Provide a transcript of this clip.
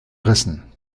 rissen